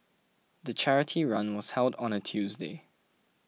the charity run was held on a Tuesday